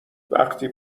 وقتی